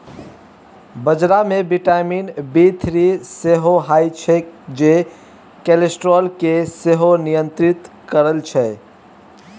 बजरा मे vitamin B three सेहो होइ छै जे कोलेस्ट्रॉल केँ सेहो नियंत्रित करय छै